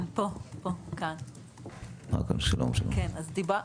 כן, אז דובר פה.